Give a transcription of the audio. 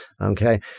Okay